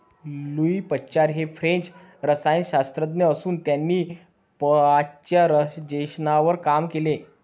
Louis Pasteur हे French रसायनशास्त्रज्ञ असून त्यांनी पाश्चरायझेशनवर काम केले